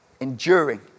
enduring